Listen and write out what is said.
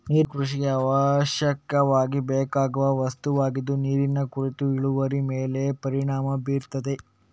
ನೀರು ಕೃಷಿಗೆ ಅವಶ್ಯಕವಾಗಿ ಬೇಕಾಗುವ ವಸ್ತುವಾಗಿದ್ದು ನೀರಿನ ಕೊರತೆ ಇಳುವರಿ ಮೇಲೆ ಪರಿಣಾಮ ಬೀರ್ತದೆ